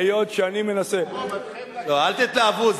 היות שאני מנסה, לא, אל תתלהבו.